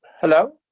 hello